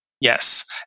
yes